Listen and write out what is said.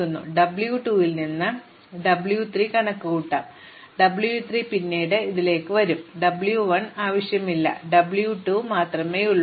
ഇപ്പോൾ ഡബ്ല്യു 2 ൽ നിന്ന് അതുപോലെ ഞാൻ ഡബ്ല്യു 3 കണക്കുകൂട്ടും വീണ്ടും കണക്കുകൂട്ടുക ഡബ്ല്യു 3 പിന്നീട് ഇതിലേക്ക് വരും എനിക്ക് ഡബ്ല്യു 1 ആവശ്യമില്ല എനിക്ക് ഡബ്ല്യു 2 മാത്രമേ ആവശ്യമുള്ളൂ